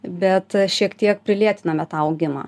bet šiek tiek prilėtiname tą augimą